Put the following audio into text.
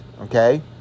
okay